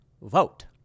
vote